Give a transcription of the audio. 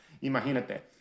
Imagínate